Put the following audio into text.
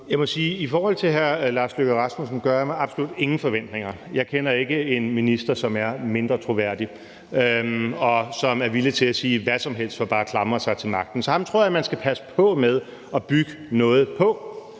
Jeg må sige, at i forhold til udenrigsministeren gør jeg mig absolut ingen forventninger. Jeg kender ikke en minister, som er mindre troværdig, og som er villig til at sige hvad som helst for bare at klamre sig til magten. Så ham tror jeg man skal passe på med at bygge noget på.